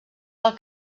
del